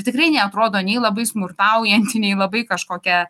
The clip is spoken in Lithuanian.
tikrai neatrodo nei labai smurtaujanti nei labai kažkokia